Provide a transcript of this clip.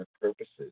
purposes